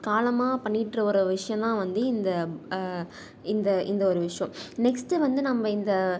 காலமாக பண்ணிட்டு வர்ற விஷயந்தான் வந்து இந்த இந்த இந்த ஒரு விஷயம் நெக்ஸ்ட்டு வந்து நம்ம இந்த